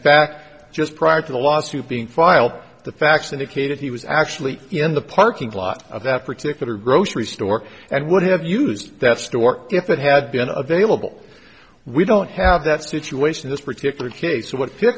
fact just prior to the lawsuit being filed the facts indicated he was actually in the parking lot of that particular grocery store and would have used that store if it had been available we don't have that situation this particular case what